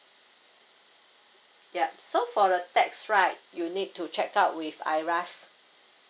yup so for the tax right you need to check out with IRAS